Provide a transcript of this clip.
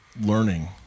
learning